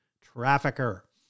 trafficker